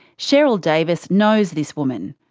sheryl davis knows this woman,